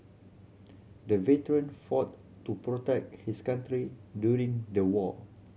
the veteran fought to protect his country during the war